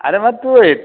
ଆରେ ମାଆ ତୁ